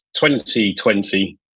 2020